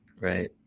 Right